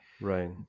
Right